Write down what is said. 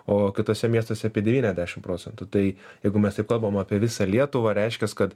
o kituose miestuose apie devyniasdešimt procentų tai jeigu mes taip kalbam apie visą lietuvą reiškias kad